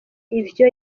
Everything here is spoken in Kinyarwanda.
ivyo